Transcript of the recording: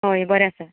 होय बरें आसा